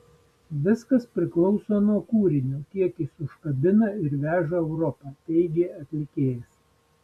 viskas priklauso nuo kūrinio kiek jis užkabina ir veža europa teigė atlikėjas